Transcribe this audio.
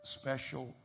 special